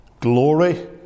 glory